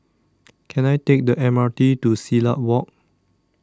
Can I Take The M R T to Silat Walk